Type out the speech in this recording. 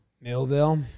Millville